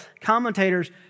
commentators